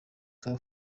car